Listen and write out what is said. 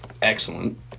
excellent